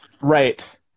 right